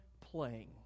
playing